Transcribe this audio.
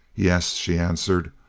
yes, she answered,